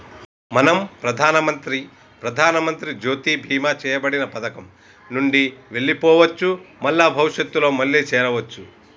మనం ప్రధానమంత్రి ప్రధానమంత్రి జ్యోతి బీమా చేయబడిన పథకం నుండి వెళ్లిపోవచ్చు మల్ల భవిష్యత్తులో మళ్లీ చేరవచ్చు